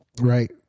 Right